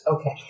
Okay